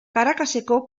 caracaseko